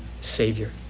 savior